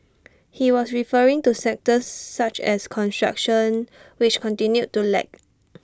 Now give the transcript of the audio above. he was referring to sectors such as construction which continued to lag